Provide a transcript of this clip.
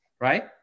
right